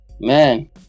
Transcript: Man